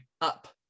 up